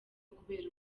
kubera